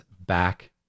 back